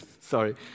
sorry